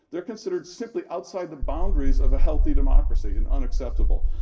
they're considered simply outside the boundaries of a healthy democracy and unacceptable.